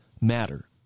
matter